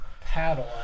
paddle